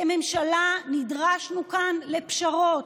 כממשלה נדרשנו כאן לפשרות.